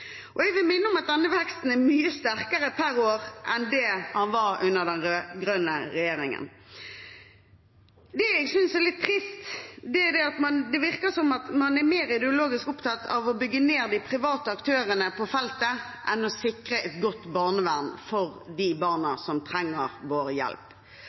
Jeg vil minne om at denne veksten er mye sterkere per år enn det den var under den rød-grønne regjeringen. Det jeg synes er litt trist, er at det virker som om man er mer ideologisk opptatt av å bygge ned de private aktørene på feltet enn å sikre et godt barnevern for de barna som trenger vår hjelp.